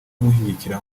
kumushyigikira